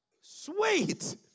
sweet